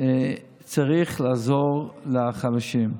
צריך לעזור לחלשים.